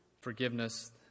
forgiveness